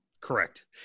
Correct